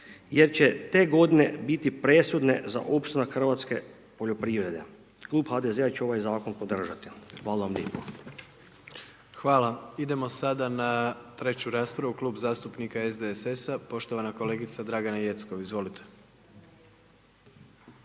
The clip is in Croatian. jer će te godine biti presudne za opstanak hrvatske poljoprivrede. Klub HDZ-a će ovaj zakon podržati. Hvala vam lijepa. **Jandroković, Gordan (HDZ)** Hvala, idemo sada na treću raspravu Klub zastupnika SDSS-a, poštovana kolegica Dragana Jeckov, izvolite.